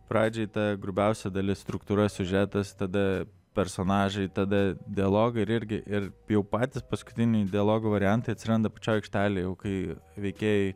pradžioj ta grubiausia dalis struktūra siužetas tada personažai tada dialogai ir irgi ir jau patys paskutiniai dialogų variantai atsiranda aikštelėj jau kai veikėjai